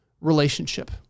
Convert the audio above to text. relationship